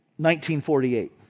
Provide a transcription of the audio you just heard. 1948